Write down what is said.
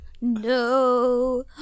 no